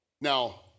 Now